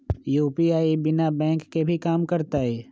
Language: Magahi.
यू.पी.आई बिना बैंक के भी कम करतै?